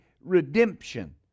redemption